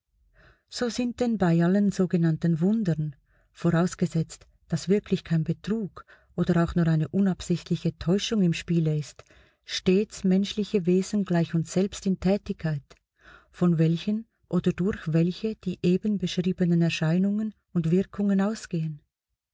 so sind denn bei allen sogenannten wundern vorausgesetzt daß wirklich kein betrug oder auch nur eine unabsichtliche täuschung im spiele ist stets menschliche wesen gleich uns selbst in tätigkeit von welchen oder durch welche die eben beschriebenen erscheinungen und wirkungen ausgehen